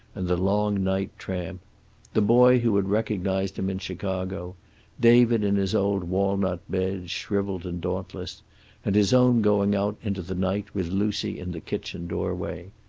and the long night tramp the boy who had recognized him in chicago david in his old walnut bed, shrivelled and dauntless and his own going out into the night, with lucy in the kitchen doorway,